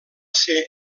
ser